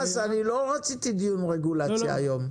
אני לא רציתי דיון רגולציה היום.